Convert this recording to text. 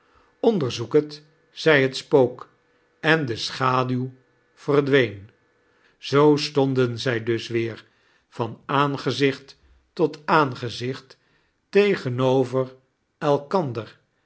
onderzoek het zei het spook en de schaduw verdween zoo stonden zij dus weer van aangezicht tot aangezicht tegenover elkonder